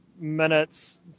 minutes